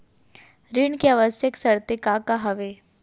ऋण के आवश्यक शर्तें का का हवे?